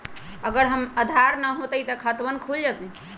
अगर आधार न होई त खातवन खुल जाई?